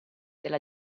della